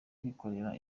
kwikorera